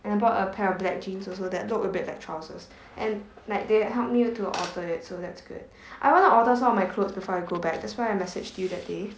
and I bought a pair of black jeans also that look a bit like trousers and like they helped me to alter it so that's good I want to alter some of my clothes before I go back that's why I messaged you that day